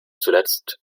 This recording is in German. zuletzt